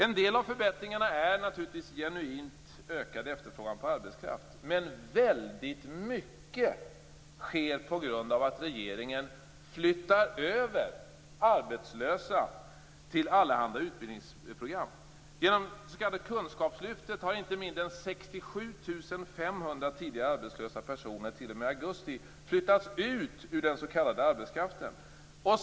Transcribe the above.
En del av förbättringen är naturligtvis en genuint ökad efterfrågan på arbetskraft, men väldigt mycket sker på grund av att regeringen flyttar över arbetslösa till allehanda utbildningsprogram. Genom det s.k. kunskapslyftet har inte mindre än 67 500 tidigare arbetslösa personer t.o.m. augusti flyttats ut ur den s.k. arbetskraften.